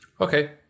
Okay